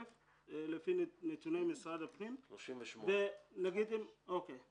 לפי נתוני משרד הפנים --- 38,000 לפי מה